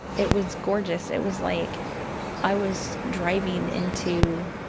it was gorgeous. it was like i was driving into